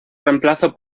reemplazo